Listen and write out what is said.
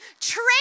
trade